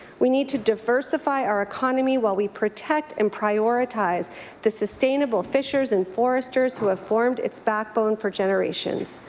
we need to diversify our economy while we protect and prioritize the sustainable fishers and foresters who have formed its backbone for generations.